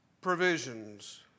provisions